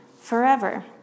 forever